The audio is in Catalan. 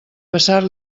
passar